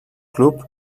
club